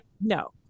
no